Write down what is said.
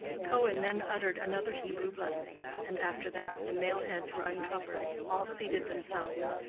cohen then uttered another hebrew blessing, and after that, the male heads were uncovered, all seated themselves,